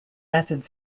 method